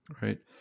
Right